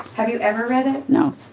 have you ever read it? no